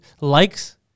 likes